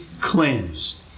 cleansed